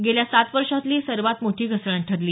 गेल्या सात वर्षातली ही सर्वात मोठी घसरण ठरली